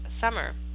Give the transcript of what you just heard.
summer